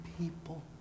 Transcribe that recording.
people